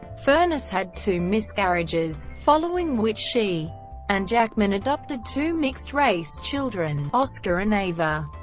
furness had two miscarriages, following which she and jackman adopted two mixed-race children, oscar and ava.